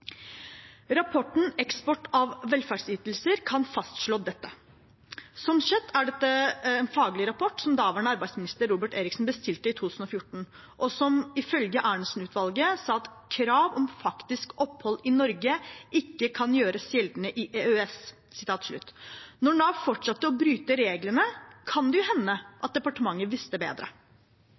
Rapporten Eksport av velferdsytelser kan fastslå dette. Sånn sett er dette en faglig rapport som daværende arbeidsminister Robert Eriksson bestilte i 2014, og som ifølge Arntsen-utvalget sa at krav om faktisk opphold i Norge ikke kan gjøres gjeldende i EØS. Når Nav fortsatte å bryte reglene, kan det jo hende at departementet visste bedre.